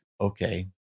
okay